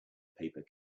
paper